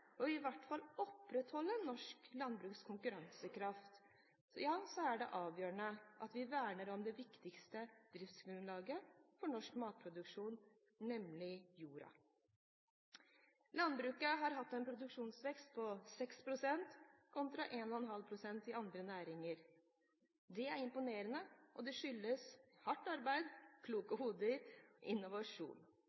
i hvert fall opprettholde, norsk landbruks konkurransekraft er det avgjørende at vi verner om det viktigste driftsgrunnlaget for norsk matproduksjon, nemlig jorden. Landbruket har hatt en produktivitetsvekst på 6 pst., kontra 1,5 pst. i andre næringer. Det er imponerende, og det skyldes hardt arbeid, kloke